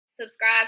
subscribe